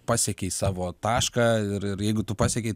pasiekei savo tašką ir ir jeigu tu pasiekei